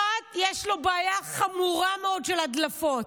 אחת, יש לו בעיה חמורה מאוד של הדלפות.